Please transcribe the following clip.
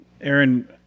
aaron